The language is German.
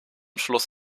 schluss